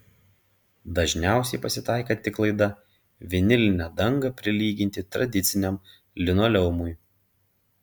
dažniausiai pasitaikanti klaida vinilinę dangą prilyginti tradiciniam linoleumui